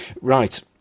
right